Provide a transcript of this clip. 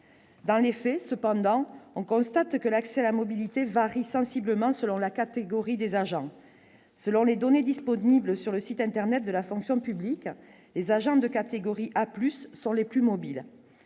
dans les faits, cependant, on constate que l'accès à la mobilité varie sensiblement selon la catégorie des agents, selon les données disponibles sur le site internet de la fonction publique, les agents de catégorie A Plus sont les plus mobiles